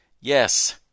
Yes